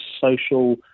social